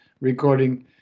recording